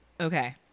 Okay